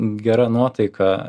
gera nuotaika